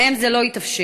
להם זה לא התאפשר,